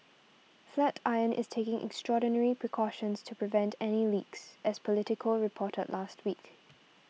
Flatiron is taking extraordinary precautions to prevent any leaks as Politico reported last week